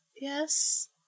yes